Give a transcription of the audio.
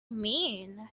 mean